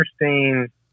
interesting